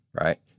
right